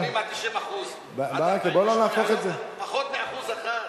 80% 90% ברכה, בוא לא נהפוך את זה, פחות מ-1%.